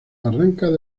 barrancas